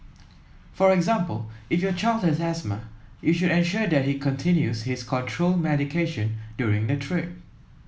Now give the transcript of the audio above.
for example if your child has asthma you should ensure that he continues his control medication during the trip